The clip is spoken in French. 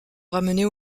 ramener